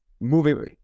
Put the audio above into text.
moving